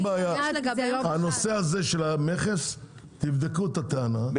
הנושא הזה של המכס תבדקו את הטענה,